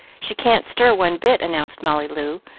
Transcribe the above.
she can't stir one bit, announced molly loo,